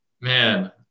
Man